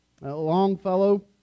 Longfellow